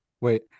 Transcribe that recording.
Wait